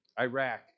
Iraq